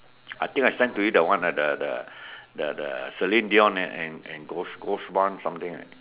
I think I send to you the one the the the Celine-Dion and and and ghost one something right